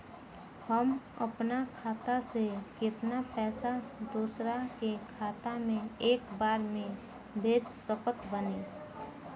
हम अपना खाता से केतना पैसा दोसरा के खाता मे एक बार मे भेज सकत बानी?